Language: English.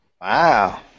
Wow